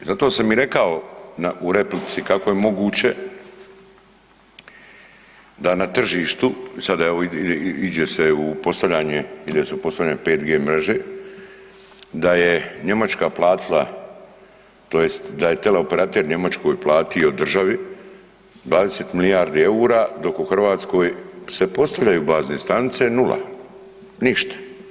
I zato sam i rekao u replici kako je moguće da na tržištu, sada evo iđe se u postavljanje, iđe se u postavljanje 5G mreže, da je Njemačka platila tj. da je teleoperater Njemačkoj platio državi 20 milijardi EUR-a dok u Hrvatskoj se postavljaju bazne stanice, nula, ništa.